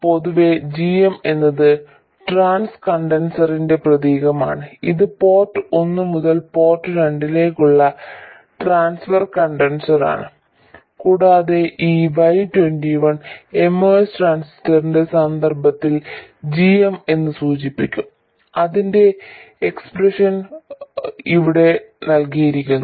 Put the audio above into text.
പൊതുവേ g m എന്നത് ട്രാൻസ് കണ്ടക്റ്റൻസിന്റെ പ്രതീകമാണ് അത് പോർട്ട് ഒന്ന് മുതൽ പോർട്ട് രണ്ടിലേക്കുള്ള ട്രാൻസ്ഫർ കണ്ടക്ടൻസാണ് കൂടാതെ ഈ Y21 MOS ട്രാൻസിസ്റ്ററിന്റെ സന്ദർഭത്തിൽ g m എന്ന് സൂചിപ്പിക്കും അതിന്റെ എക്സ്പ്രഷൻ ഇവിടെ നൽകിയിരിക്കുന്നു